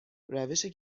روشی